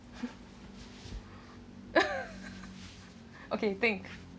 okay think